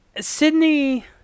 Sydney